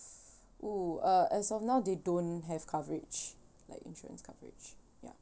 oo uh as of now they don't have coverage like insurance coverage ya